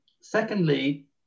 Secondly